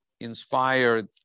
inspired